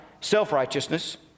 self-righteousness